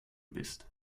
bist